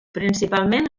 principalment